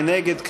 מי נגד?